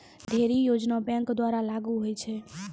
ढ़ेरी योजना बैंक द्वारा लागू होय छै